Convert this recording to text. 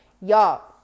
y'all